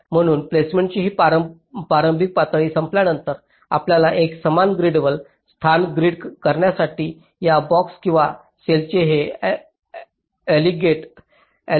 म्हणून प्लेसमेंटची ही प्रारंभिक पातळी संपल्यानंतर आपल्याला एक समान ग्रीडवर स्थाने ग्रीड करण्यासाठी या ब्लॉक्स किंवा सेलंचे हे अलिगनेड करावे लागेल